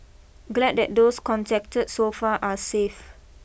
glad that those contacted so far are safe